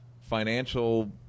financial